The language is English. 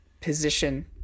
position